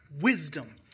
wisdom